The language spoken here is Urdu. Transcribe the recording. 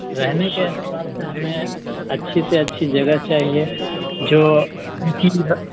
رہنے کے اعتبار سے ہمیں اچھی سے اچھی جگہ چاہیے جو